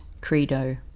Credo